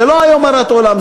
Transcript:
זה לא היום הרת עולם,